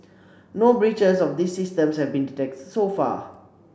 no breaches of these systems have been detected so far